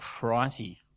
righty